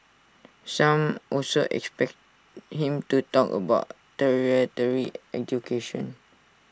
some also expect him to talk about tertiary education